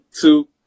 two